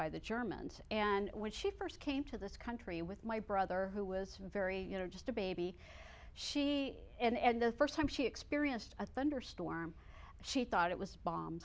by the germans and when she first came to this country with my brother who was very you know just a baby she and the first time she experienced a thunderstorm she thought it was bomb